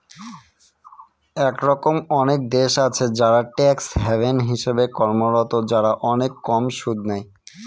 এরকম অনেক দেশ আছে যারা ট্যাক্স হ্যাভেন হিসেবে কর্মরত, যারা অনেক কম সুদ নেয়